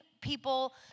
people